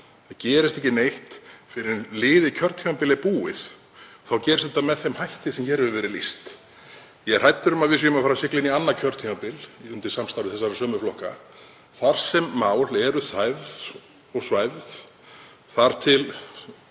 Það gerist ekki neitt fyrr en liðið kjörtímabil er búið, þá gerist þetta með þeim hætti sem hér hefur verið lýst. Ég er hræddur um að við séum að fara að sigla inn í annað kjörtímabil undir samstarfi þessara sömu flokka þar sem mál eru þæfð og svæfð þar til